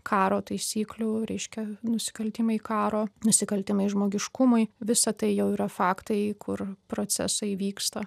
karo taisyklių reiškia nusikaltimai karo nusikaltimai žmogiškumui visa tai jau yra faktai kur procesai vyksta